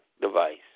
device